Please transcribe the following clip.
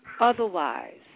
Otherwise